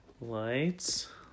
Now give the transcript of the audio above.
Lights